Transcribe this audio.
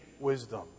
wisdom